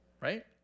right